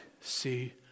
see